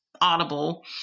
audible